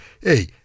Hey